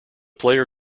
player